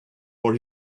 for